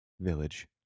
village